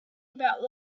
about